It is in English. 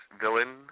villain